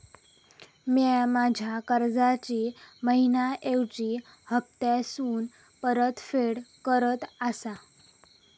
म्या माझ्या कर्जाची मैहिना ऐवजी हप्तासून परतफेड करत आसा